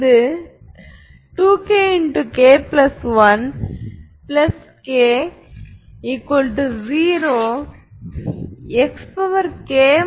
இப்போது v என்பதைக் காட்ட விரும்புகிறோம் v1 மற்றும் v2 ஆகியவை ஆர்த்தோகோனல்